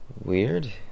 Weird